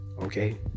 okay